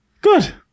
Good